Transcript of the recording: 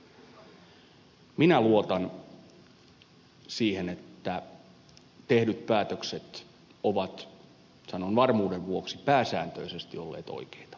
minä luotan siihen että tehdyt päätökset ovat sanon varmuuden vuoksi pääsääntöisesti olleet oikeita